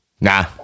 Nah